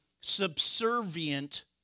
subservient